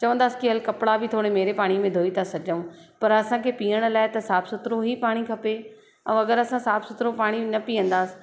चवंदासीं की हलु कपिड़ा बि थोरे मेरे पाणी में धोई था सघूं पर असांखे पीअण लाइ त साफ़ु सुथिरो ई पाणी खपे ऐं अगरि असां साफ़ु सुथिरो पाणी न पीअंदासीं